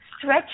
stretch